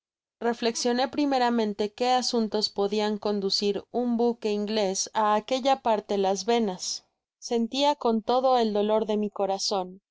reflexioné primeramente qué asuntos podiau conducir un buque inglés á aquella parte las venas sentía con lodo el dolor de mi corazon